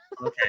Okay